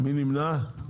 מי נמנע?